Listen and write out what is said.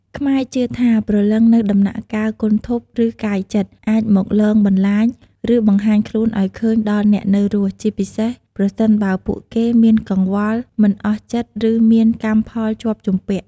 ខ្មែរជឿថា ព្រលឹងនៅដំណាក់កាល គន្ធព្វឬកាយចិត្ត អាចមកលងបន្លាច ឬបង្ហាញខ្លួនឱ្យឃើញដល់អ្នកនៅរស់ ជាពិសេសប្រសិនបើពួកគេមានកង្វល់ មិនអស់ចិត្តឬមានកម្មផលជាប់ជំពាក់។